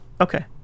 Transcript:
Okay